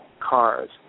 cars